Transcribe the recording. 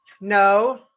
no